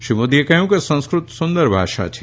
શ્રી મોદીએ કહ્યું કે સંસ્કૃત સુંદર ભાષા છે